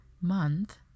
month